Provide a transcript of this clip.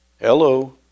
Hello